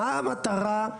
מה המטרה?